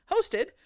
hosted